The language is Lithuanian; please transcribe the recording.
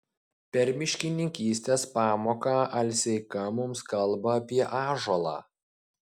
per miškininkystės pamoką alseika mums kalba apie ąžuolą